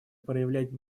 проявлять